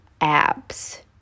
abs